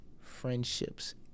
friendships